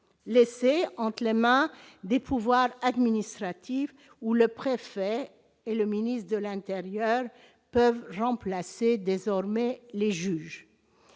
laissée entre les mains des pouvoirs administratifs, où le préfet et le ministre de l'intérieur peuvent désormais remplacer